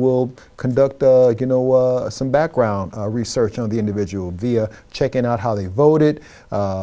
will conduct you know some background research on the individual via checking out how they vote it